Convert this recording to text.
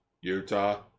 Utah